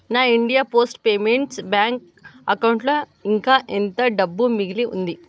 నా India Post Payments Bank అకౌంట్లో ఇంకా ఎంత డబ్బు మిగిలి ఉంది